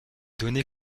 donné